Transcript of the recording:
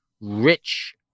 rich